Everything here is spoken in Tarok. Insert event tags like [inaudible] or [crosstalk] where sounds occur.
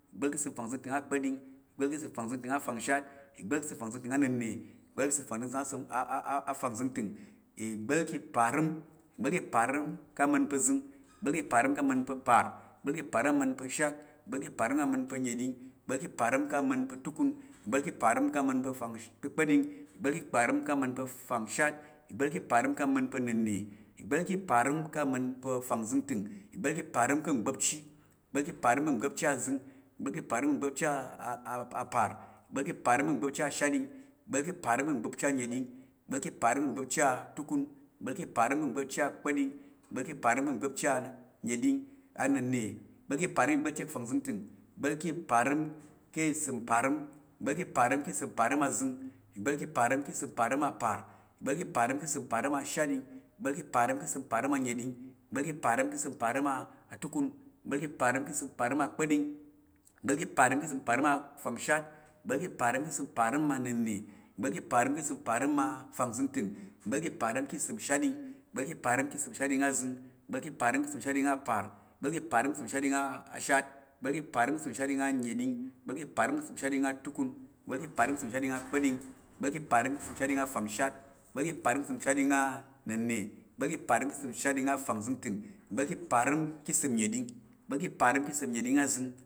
Ìgbá̱l ka̱ ìsəm fangzəngtəng akpa̱ɗing, ìgbá̱l ka̱ ìsəm fangzəngtəng afangshat, ìgbá̱l ka̱ ìsəm fangzəngtəng ana̱nnə, ìgbá̱l ka̱ ìsəm fangzəngtəng [hesitation] afangzəngtəng, ìgbá̱l pa̱ parəm, ìgbá̱l pa̱ parəm uzəng, ìgbá̱l pa̱ parəm uparəm, ìgbá̱l pa̱ parəm shatɗing, ìgbá̱l pa̱ parəm ka̱ unəɗing, ìgbá̱l pa̱ parəm ka̱ utukun, ìgbá̱l pa̱ parəm, ìgba̱l ka̱ parəm ka̱ uzəng, ìgba̱l ka̱ parəm ka̱ uparəm, ìgba̱l ka̱ parəm ka̱ ushatɗing, ìgba̱l ka̱ parəm ka̱ unəɗing, ìgba̱l ka̱ parəm ka̱ utukun, ìgba̱l ka̱ parəm ka̱ ukpa̱ɗing, ìgba̱l ka̱ parəm ka̱ fangshat, ìgbá̱l ka̱ uparəm ka̱ nənna̱, ìgba̱l ka̱ parəm ku fangzəngtəng, ìgba̱l ̱pa̱ parəm ka̱ ugba̱pchi, ìgba̱l pa̱ parəm gba̱pchi uzəng, ìgba̱l pa̱ parəm gba̱pchi apar, ìgba̱l pa̱ parəm gba̱pchi ashat, ìgba̱l pa̱ parəm gba̱pchi anəɗing, ìgba̱l pa̱ parəm gba̱pchi atukun, ìgba̱l pa̱ parəm gba̱pchi afangshat, ìgba̱l pa̱ parəm gba̱pchi a nənna̱, ìgba̱l pa̱ parəm gba̱pchi afangzəngtəng, ìgba̱l pa̱ parəm ka̱ ìsəm parəm azəng, ìgba̱l pa̱ parəm ka̱ ìsəm parəm aparəm, ìgba̱l pa̱ parəm ka̱ ìsəm parəm ashatɗing, ìgba̱l pa̱ parəm ka̱ ìsəm parəm anəɗing, ìgba̱l pa̱ parəm ka̱ ìsəm parəm atukun, ìgba̱l pa̱ parəm ka̱ ìsəm parəm akpa̱ɗing, ìgba̱l pa̱ parəm ka̱ ìsəm parəm afangshat, ìgba̱l pa̱ parəm ka̱ ìsəm parəm anənna̱, ìgba̱l pa̱ parəm ka̱ ìsəm parəm afangzəngtəng, ìgba̱l pa̱ parəm ka̱ ìsəm shatɗing, ìgba̱l pa̱ parəm ka̱ ìsəm shatɗing azəng, ìgba̱l pa̱ parəm ka̱ ìsəm shatɗing aparəm, ìgba̱l pa̱ parəm ka̱ ìsəm shatɗing ashat, ìgba̱l pa̱ parəm ka̱ ìsəm shatɗing anənɗing, ìgba̱l pa̱ parəm ka̱ ìsəm shatɗing atukun, ìgba̱l pa̱ parəm ka̱ ìsəm shatɗing akpa̱ɗing, ìgba̱l pa̱ parəm ka̱ ìsəm shatɗing afangzəngtəng, ìgba̱l pa̱ parəm ka̱ səm shatɗing afangzəngtəng, ìgba̱l pa̱ parəm ki səm nəɗing, ìgba̱l pa̱ parəm ki səm nəɗing azəng,